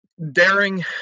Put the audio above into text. daring